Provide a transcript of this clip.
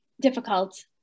difficult